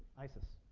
isis.